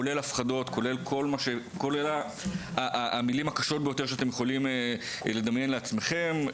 כולל הפחדות וכולל המילים הקשות ביותר שאתם יכולים לדמיין לעצמכם,